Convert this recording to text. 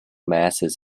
masses